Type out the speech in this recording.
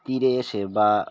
তীরে এসে বা